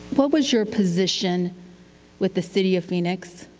what was your position with the city of phoenix?